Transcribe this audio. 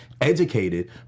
educated